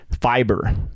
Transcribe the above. fiber